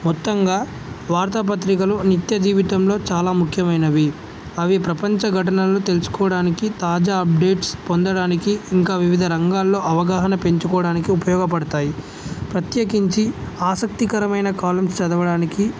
మొత్తంగా వార్తాపత్రికలు నిత్య జీవితంలో చాలా ముఖ్యమైనవి అవి ప్రపంచ ఘటనలు తెలుసుకోవడానికి తాజా అప్డేట్స్ పొందడానికి ఇంకా వివిధ రంగాల్లో అవగాహన పెంచుకోవడానికి ఉపయోగపడతాయి ప్రత్యేకించి ఆసక్తికరమైన కాలమ్స్ చదవడానికి